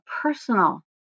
personal